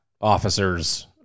officers